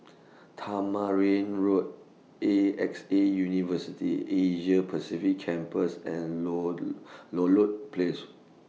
Tamarind Road A X A University Asia Pacific Campus and Low Ludlow Place